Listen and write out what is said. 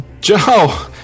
Joe